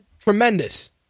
tremendous